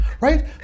right